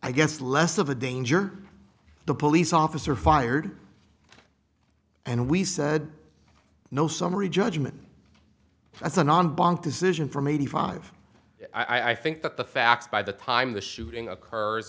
i guess less of a danger the police officer fired and we said no summary judgment that's a non bank decision from eighty five i think that the facts by the time the shooting occurs